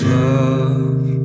love